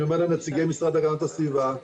אני אומר לנציגי המשרד להגנת הסביבה,